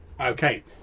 Okay